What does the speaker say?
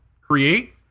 create